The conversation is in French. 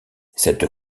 cette